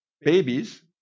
Babies